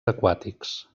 aquàtics